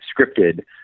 scripted